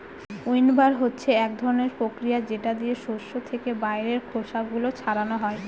উইন্ডবার হচ্ছে এক ধরনের প্রক্রিয়া যেটা দিয়ে শস্য থেকে বাইরের খোসা গুলো ছাড়ানো হয়